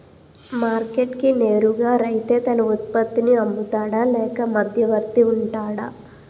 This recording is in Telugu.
మార్కెట్ కి నేరుగా రైతే తన ఉత్పత్తి నీ అమ్ముతాడ లేక మధ్యవర్తి వుంటాడా?